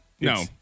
No